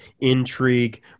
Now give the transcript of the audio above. intrigue